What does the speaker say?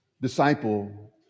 disciple